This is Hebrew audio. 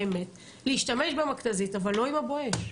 להשתמש במכת"זית אבל לא עם ה"בואש".